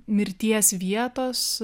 mirties vietos